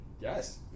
Yes